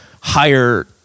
higher